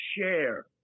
share